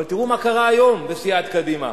אבל תראו מה קרה היום בסיעת קדימה,